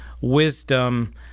wisdom